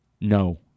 No